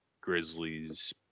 Grizzlies